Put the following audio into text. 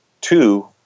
two